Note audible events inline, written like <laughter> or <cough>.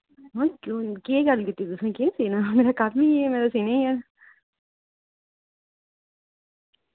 <unintelligible> केह् गल्ल कीत्ति तुसैं केह् सीना मेरा कम्म ही इय्यै मैं ते सीने ही ऐ